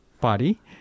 Party